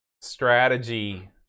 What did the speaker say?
strategy